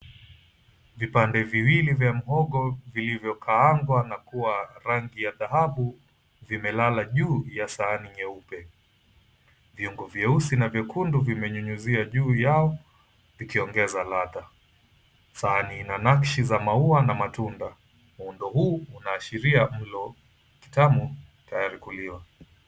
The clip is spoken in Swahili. Vipande viwili vya mhogo vilivyokaangwa na kuwa rangi ya dhahabu vimelala juu ya sahani nyeupe. Viungo vyeusi na vyekundu vimenyumyuzia juu yao vikiongeza ladha. Sahani ina nakshi za maua na matunda. Muundo huu unaashiria mlo kitamu tayari kuliwa.